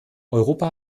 europa